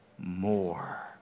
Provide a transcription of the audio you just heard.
more